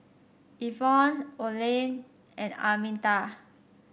Ivonne Olen and Arminta